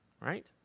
Right